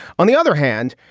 on the other hand,